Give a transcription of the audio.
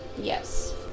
Yes